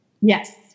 Yes